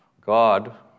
God